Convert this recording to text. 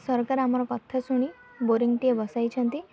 ସରକାର ଆମର କଥା ଶୁଣି ବୋରିଂଟିଏ ବସାଇଛନ୍ତି